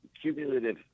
cumulative